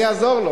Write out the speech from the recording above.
אני אעזור לו.